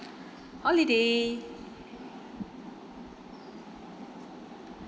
holiday